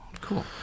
Cool